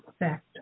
effect